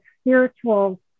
spiritual